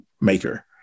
maker